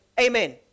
Amen